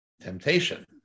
temptation